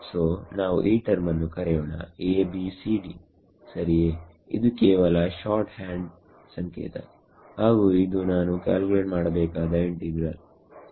so ನಾವು ಈ term ನ್ನು ಕರೆಯೋಣ a b c d ಸರಿಯೇ ಇದು ಕೇವಲ ಶಾರ್ಟ್ ಹ್ಯಾಂಡ್ ಸಂಕೇತ ಹಾಗು ಇದು ನಾನು ಕ್ಯಾಲ್ಕುಲೇಟ್ ಮಾಡಬೇಕಾದ ಇಂಟಿಗ್ರಲ್